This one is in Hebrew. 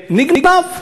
נגנב.